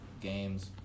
games